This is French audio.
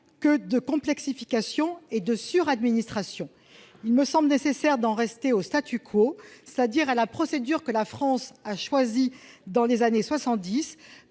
que de complexification et de suradministration. Il me semble nécessaire d'en rester au, c'est-à-dire à la procédure que la France a choisie dans les années